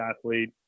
athlete